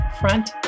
Front